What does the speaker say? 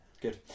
Good